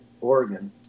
Oregon